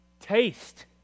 taste